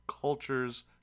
cultures